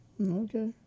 Okay